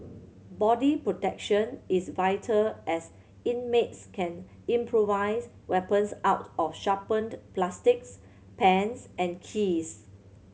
body protection is vital as inmates can improvise weapons out of sharpened plastics pens and keys